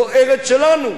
זו הארץ שלנו.